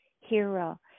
hero